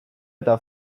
eta